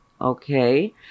Okay